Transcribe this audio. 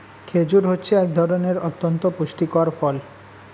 খেজুর হচ্ছে এক ধরনের অতন্ত পুষ্টিকর ফল